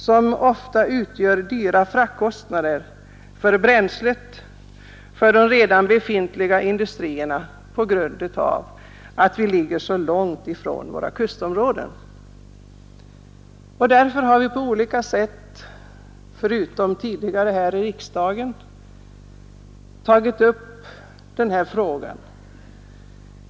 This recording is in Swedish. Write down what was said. Eftersom det ligger så långt från kustområdena blir följden höga fraktkostnader för bränsle till redan befintliga industrier i vårt län, en fråga som vi tidigare har tagit upp både här i riksdagen och i andra sammanhang.